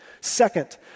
Second